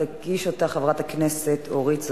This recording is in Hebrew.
תגיש אותה חברת הכנסת אורית זוארץ.